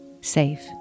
safe